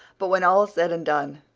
but when all's said and done,